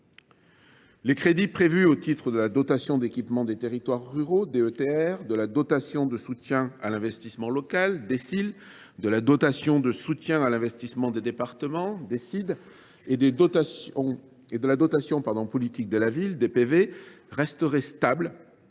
Les crédits prévus au titre de la dotation d’équipement des territoires ruraux (DETR), de la dotation de soutien à l’investissement local (DSIL), de la dotation de soutien à l’investissement des départements (DSID) et de la dotation politique de la ville (DPV) resteraient stables